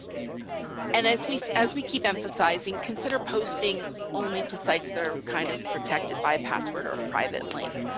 and as we as we keep emphasizing consider posting only to sites that are kind of protected by a password or a private link.